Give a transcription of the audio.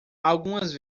algumas